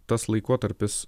tas laikotarpis